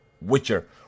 Witcher